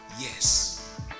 Yes